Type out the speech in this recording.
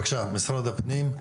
בבקשה, משרד הפנים.